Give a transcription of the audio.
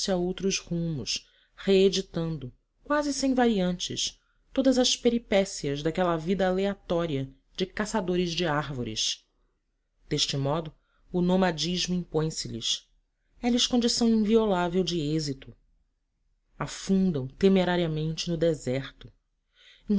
a outros rumos reeditando quase sem variantes todas as peripécias daquela vida aleatória de caçadores de árvores deste modo o nomadismo impõe se lhes é lhes condição inviolável de êxito afundam temerariamente no deserto